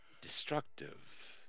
destructive